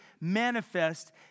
manifest